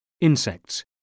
Insects